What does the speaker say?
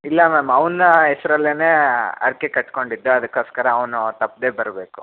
ಇಲ್ಲ ಮ್ಯಾಮ್ ಅವನ ಹೆಸ್ರಲ್ಲೇನೇ ಹರ್ಕೆ ಕಟ್ಟಿಕೊಂಡಿದ್ದು ಅದಕ್ಕೋಸ್ಕರ ಅವನು ತಪ್ಪದೆ ಬರಬೇಕು